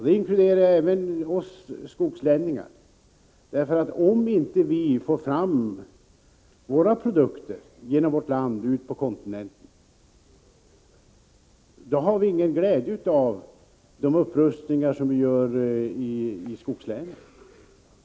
Då inkluderar jag också oss ”skogslänningar”. Om inte vi för fram våra produkter, genom vårt land och ut på kontinenten, har vi ingen glädje av upprustningarna i skogslänen.